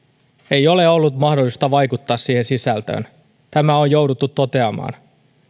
ei ole ollut mahdollisuutta vaikuttaa siihen sisältöön tämä on jouduttu toteamaan